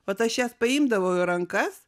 vat aš jas paimdavau į rankas